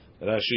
Rashi